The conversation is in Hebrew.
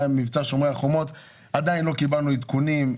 היה מבצע שומר החומות, עדיין לא קיבלנו עדכונים.